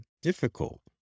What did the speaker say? difficult